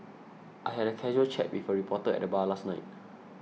I had a casual chat with a reporter at the bar last night